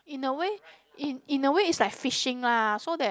in a way in in a way it's like fishing lah so that